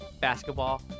basketball